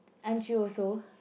aren't you also